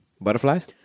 butterflies